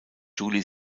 julie